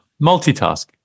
Multitask